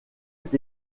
est